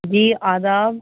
جی آداب